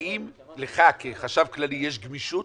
האם לך כחשב כללי יש גמישות